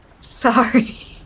Sorry